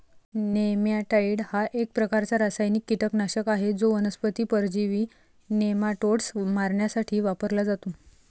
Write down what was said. नेमॅटाइड हा एक प्रकारचा रासायनिक कीटकनाशक आहे जो वनस्पती परजीवी नेमाटोड्स मारण्यासाठी वापरला जातो